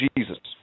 Jesus